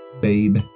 babe